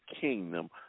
kingdom